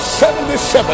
77